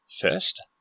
First